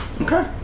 Okay